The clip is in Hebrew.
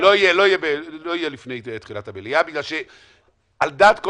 לא יהיה לפני תחילת המליאה בגלל שעל דעת כל